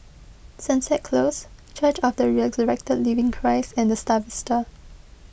Sunset Close Church of the Resurrected Living Christ and the Star Vista